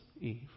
Eve